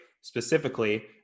specifically